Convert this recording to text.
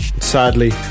Sadly